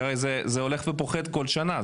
כי הרי, זה הולך ופוחת כל שנה.